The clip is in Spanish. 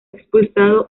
expulsado